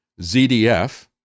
ZDF